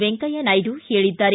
ವೆಂಕಯ್ಯ ನಾಯ್ದು ಹೇಳಿದ್ದಾರೆ